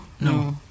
no